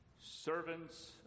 servants